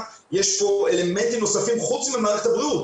יש אלמנטים נוספים חוץ ממערכת הבריאות,